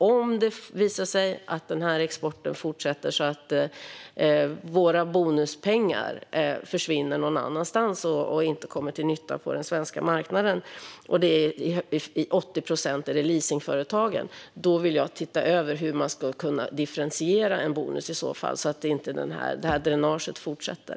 Om det visar sig att exporten fortsätter så att våra bonuspengar försvinner någon annanstans och inte kommer till nytta på den svenska marknaden - och det gäller till 80 procent leasingföretagen - vill jag titta över hur man i så fall ska kunna differentiera en bonus så att inte dränaget fortsätter.